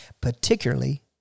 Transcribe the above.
particularly